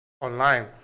online